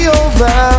over